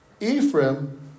Ephraim